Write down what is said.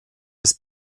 des